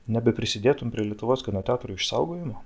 nebeprisidėtum prie lietuvos kino teatro išsaugojimo